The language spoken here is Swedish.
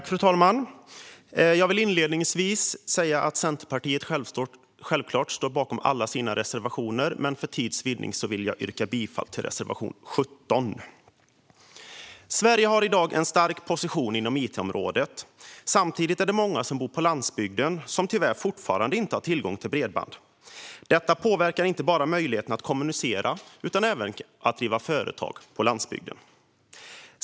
Fru talman! Jag vill inledningsvis säga att Centerpartiet självklart står bakom alla sina reservationer, men för tids vinnande vill jag yrka bifall endast till reservation 17. Sverige har i dag en stark position inom it-området. Samtidigt är det många som bor på landsbygden som tyvärr fortfarande inte har tillgång till bredband. Det påverkar inte bara möjligheterna att kommunicera utan även möjligheterna att driva företag på landsbygden.